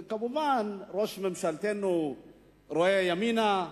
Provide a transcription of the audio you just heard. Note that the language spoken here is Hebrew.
וכמובן, ראש ממשלתנו מסתכל ימינה,